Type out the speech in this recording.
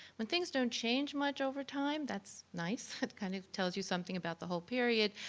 when things don't change much over time, that's nice. that kind of tells you something about the whole period.